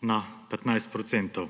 na 15 %.